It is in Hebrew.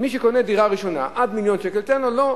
מי שקונה דירה ראשונה עד מיליון שקל, תן לו.